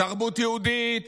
תרבות יהודית,